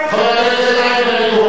חבר הכנסת אייכלר,